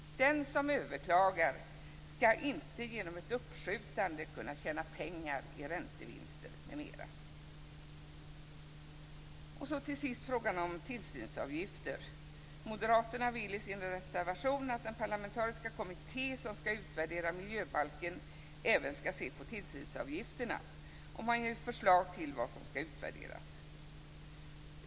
Den som överklagar ska inte genom ett uppskjutande kunna tjäna pengar i räntevinster m.m. Till sist vill jag ta upp frågan om tillsynsavgifter. Moderaterna vill i sin reservation att den parlamentariska kommitté som ska utvärdera miljöbalken även ska se på tillsynsavgifterna, och man ger förslag till vad som ska utvärderas.